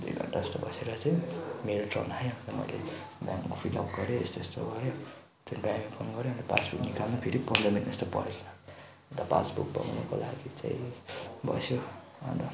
दुई घन्टा जस्तो बसेर चाहिँ मेरो ट्रन आयो अन्त मैले ब्याङ्कमा फिलअप गरेँ यस्तो यस्तो गरेँ त्यहाँ ब्याङ्क फोन गर्यो अन्त पासबुक निकाल्नु फेरि पन्ध्र मिनट जस्तो पर्खिनु अन्त पासबुक बनिनुको लागि चाहिँ बस्यो अन्त